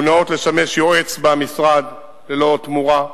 והוא ניאות לשמש יועץ במשרד, ללא תמורה,